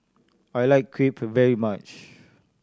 I like Crepe very much